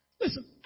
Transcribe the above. Listen